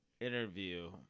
interview